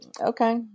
okay